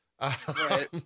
Right